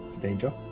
danger